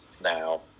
now